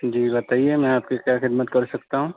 جی بتائیے میں آپ کی کیا خدمت کر سکتا ہوں